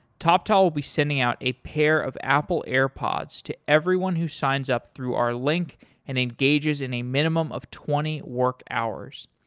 toptal will be sending out a pair of apple airpods to everyone who signs up through our link and engages in a minimum of twenty work hours.